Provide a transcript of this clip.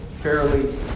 fairly